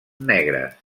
negres